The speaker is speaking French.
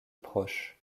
proche